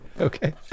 Okay